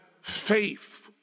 faith